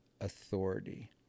authority